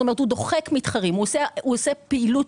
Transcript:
זאת אומרת הוא דוחק מתחרים או עושה פעילות